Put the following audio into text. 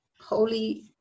holy